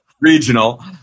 regional